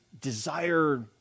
desire